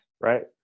right